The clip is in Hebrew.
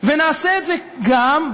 ונעשה את זה גם,